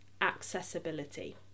accessibility